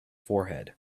forehead